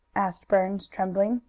asked burns, trembling.